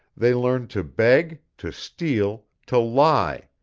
they learn to beg, to steal, to lie.